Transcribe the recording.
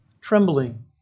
trembling